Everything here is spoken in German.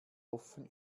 offen